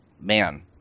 man